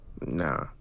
Nah